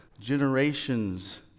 generations